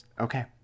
okay